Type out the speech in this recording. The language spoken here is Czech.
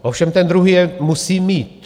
Ovšem ten druhý je musí mít.